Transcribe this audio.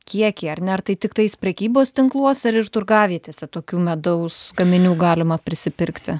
kiekį ar ne ar tai tiktais prekybos tinkluos ar ir turgavietėse tokių medaus gaminių galima prisipirkti